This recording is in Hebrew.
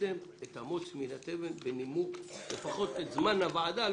ושבחרתם את המוץ מן התבן על מנת לא לכלות את זמן הוועדה.